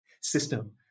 system